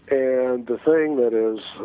and the thing that is